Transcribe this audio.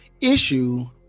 issue